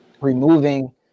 removing